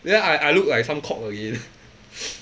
then I I look like some cock again